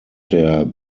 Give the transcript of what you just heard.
der